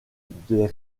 des